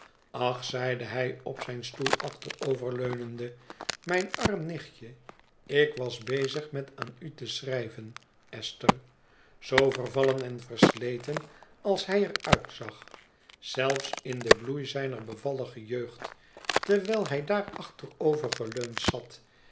ach zeide hij op zijn stoel achteroverleunende mijn arm nichtje ik was bezig met aan u te schrijven esther zoo vervallen en versleten als hij er uitzag zelfs in den bloei zijner bevallige jeugd terwijl hij daar achterovergeleund zat